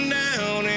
down